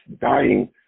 dying